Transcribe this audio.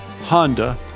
Honda